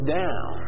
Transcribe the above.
down